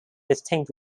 distinct